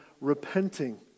repenting